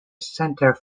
centre